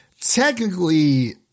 technically